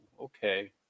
okay